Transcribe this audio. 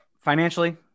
financially